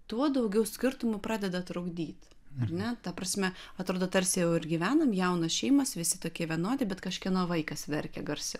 tuo daugiau skirtumų pradeda trukdyti ar ne ta prasme atrodo tarsi jau ir gyvenam jaunos šeimos visi tokie vienodi bet kažkieno vaikas verkė garsiau